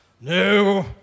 No